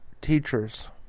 teachers